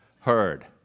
heard